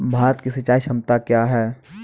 भारत की सिंचाई क्षमता क्या हैं?